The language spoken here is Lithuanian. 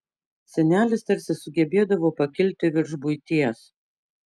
senelis tarsi sugebėdavo pakilti virš buities